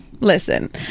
listen